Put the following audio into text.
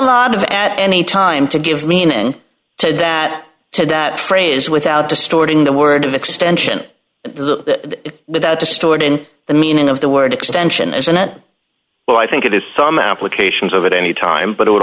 lot of at any time to give meaning to that to that phrase without distorting the word of extension that without distorting the meaning of the word extension isn't that well i think it is some applications of it any time but it would